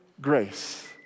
grace